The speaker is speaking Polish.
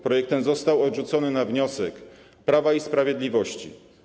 Projekt ten został odrzucony na wniosek Prawa i Sprawiedliwości.